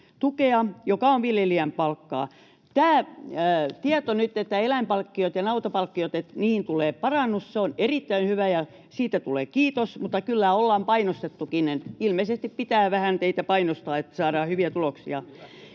joka on viljelijän palkkaa. Nyt tämä tieto, että eläinpalkkioihin ja nautapalkkioihin tulee parannus, on erittäin hyvä, ja siitä tulee kiitos, mutta kyllä ollaan painostettukin. Ilmeisesti pitää teitä vähän painostaa, että saadaan hyviä tuloksia.